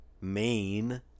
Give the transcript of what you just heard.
main